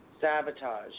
Sabotage